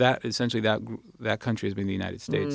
that essentially that that country's been the united states